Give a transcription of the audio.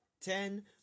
ten